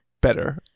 better